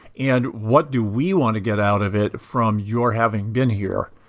and what do we want to get out of it from your having been here?